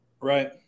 Right